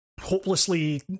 hopelessly